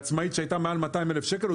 עצמאית שהרוויחה מעל 200 אלף שקל,